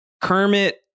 Kermit